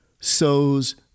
sows